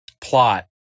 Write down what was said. plot